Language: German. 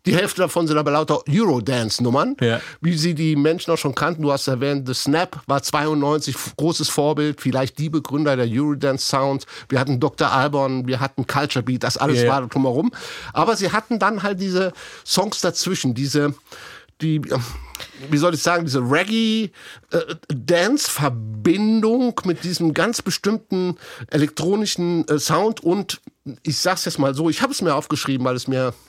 Die Hälfte davon sind aber lauter Eurodance-Nummern. Ja. Wie Sie die Menschen auch schon kannten, du hast erwähnt, The Snap war 92 großes Vorbild, vielleicht die Begründer der Eurodance-Sound. Wir hatten Dr. Alborn, wir hatten Culture Beat, das alles Ja. war drumherum. Aber sie hatten dann halt diese Songs dazwischen, diese- die, ja, wie soll ich sagen, diese Reggae, äh, Dance-Verbindung mit diesem ganz bestimmten elektronischen, äh, Sound. Und ich sag's jetzt mal so, ich hab's mir aufgeschrieben, weil es mir